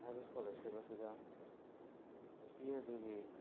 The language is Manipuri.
ꯍꯥꯏꯔꯤꯕ ꯁ꯭ꯀꯣꯂꯔꯁꯤꯞ ꯑꯁꯤꯗ ꯅꯨꯄꯤ ꯑꯗꯨꯒꯤ